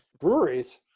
breweries